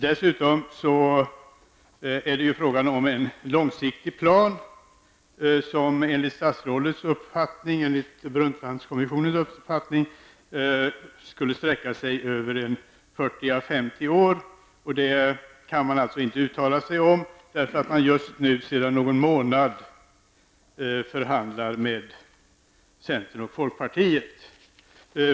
Dessutom är det ju frågan om en långsiktig plan, som enligt statsrådets uppfattning och enligt Brundtlandkommissionens uppfattning skulle sträcka sig över 40 à 50 år. Det kan man alltså inte uttala sig om därför att man just nu, sedan någon månad, förhandlar med centern och folkpartiet.